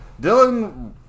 Dylan